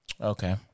Okay